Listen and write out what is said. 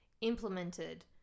implemented